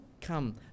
come